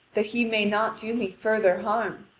that he may not do me further harm.